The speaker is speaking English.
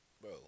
Bro